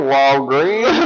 Walgreens